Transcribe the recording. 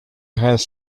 has